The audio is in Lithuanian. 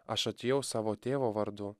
aš atėjau savo tėvo vardu